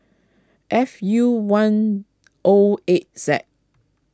F U one O eight Z